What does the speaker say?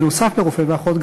נוסף על רופא ואחות,